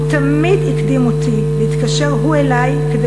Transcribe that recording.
הוא תמיד הקדים אותי והתקשר הוא אלי כדי